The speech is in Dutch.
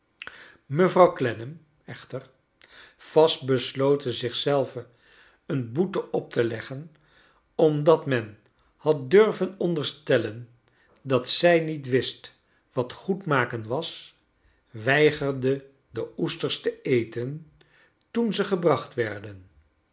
mevrouw clennam echter vastbesloten zich zelve een boete op te leggen omdat men had durven onderstellen dat zij niet wist wat goedmaken was weigerde de oesters te eten toen ze gebracht werden